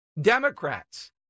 Democrats